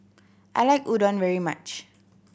I like Udon very much